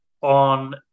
on